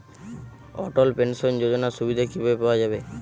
অটল pension যোজনার সুবিধা কি ভাবে পাওয়া যাবে?